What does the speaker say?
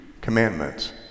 commandments